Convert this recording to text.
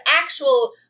actual